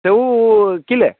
ସେଉ କିଲୋ